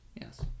yes